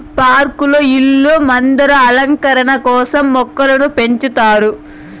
పార్కులలో, ఇళ్ళ ముందర అలంకరణ కోసం మొక్కలను పెంచుతారు